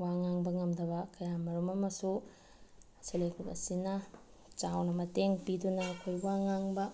ꯋꯥ ꯉꯥꯡꯕ ꯉꯝꯗꯕ ꯀꯌꯥꯃꯔꯣꯝ ꯑꯃꯁꯨ ꯁꯦꯜꯐ ꯍꯦꯜꯞ ꯒ꯭ꯔꯨꯞ ꯑꯁꯤꯅ ꯆꯥꯎꯅ ꯃꯇꯦꯡ ꯄꯤꯗꯨꯅ ꯑꯩꯈꯣꯏ ꯋꯥ ꯉꯥꯡꯕ